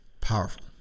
Powerful